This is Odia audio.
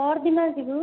ପଅର ଦିନ ଯିବୁ